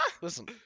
Listen